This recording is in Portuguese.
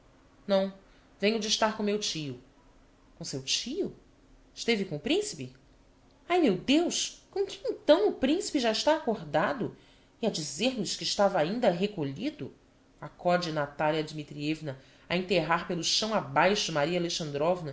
não venho de estar com meu tio com seu tio esteve com o principe ai meu deus com que então o principe já está acordado e a dizer-nos que estava ainda recolhido acode natalia dmitrievna a enterrar pelo chão abaixo maria